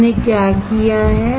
हमने क्या किया है